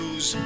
Use